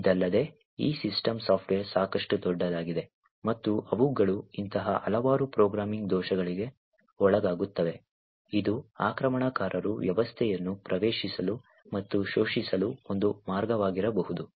ಇದಲ್ಲದೆ ಈ system software ಸಾಕಷ್ಟು ದೊಡ್ಡದಾಗಿದೆ ಮತ್ತು ಅವುಗಳು ಇಂತಹ ಹಲವಾರು ಪ್ರೋಗ್ರಾಮಿಂಗ್ ದೋಷಗಳಿಗೆ ಒಳಗಾಗುತ್ತವೆ ಇದು ಆಕ್ರಮಣಕಾರರು ವ್ಯವಸ್ಥೆಯನ್ನು ಪ್ರವೇಶಿಸಲು ಮತ್ತು ಶೋಷಿಸಲು ಒಂದು ಮಾರ್ಗವಾಗಿರಬಹುದು